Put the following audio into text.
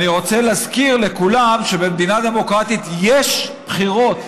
ואני רוצה להזכיר לכולם שבמדינה דמוקרטית יש בחירות.